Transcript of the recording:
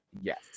Yes